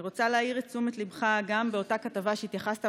אני רוצה להעיר את תשומת ליבך גם באותה כתבה שהתייחסת,